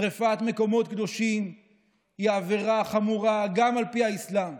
שרפת מקומות קדושים היא עבירה חמורה גם על פי האסלאם.